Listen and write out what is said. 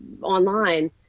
online